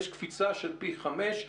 זו קפיצה של פי חמש.